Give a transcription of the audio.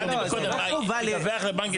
שאלתי מקודם, ידווח לבנק ישראל.